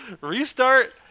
Restart